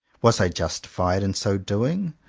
was i justified in so doing?